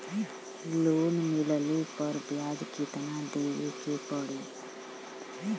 Loan मिलले पर ब्याज कितनादेवे के पड़ी?